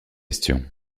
question